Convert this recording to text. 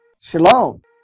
Shalom